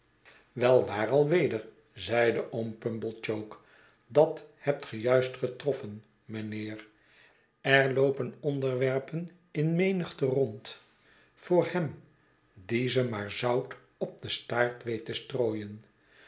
wel waar alweder zeide oom pumblechook dat hebt ge juist getroffen mijnheer erloopen onderwerpen in menigte rond voor hem die ze maar zout op den staart weet te strooien